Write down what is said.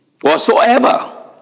whatsoever